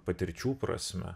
patirčių prasme